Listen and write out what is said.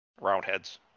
Roundheads